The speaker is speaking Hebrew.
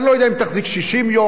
אני לא יודע אם היא תחזיק 60 יום,